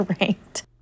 ranked